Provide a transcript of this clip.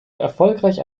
erfolgreich